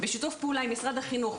בשיתוף פעולה עם משרד החינוך,